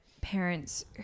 parents